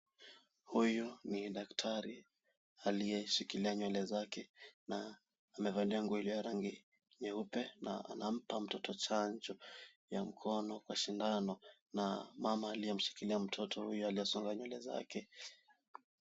Huyu ni daktari aliyeshikilia nywele zake na amevalia nguo iliyo ya rangi nyeupe na anampa mtoto chanjo ya mkono kwa sindano na mama aliyemshikilia mtoto huyo hajasonga nywele zake.